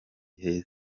heza